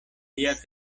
via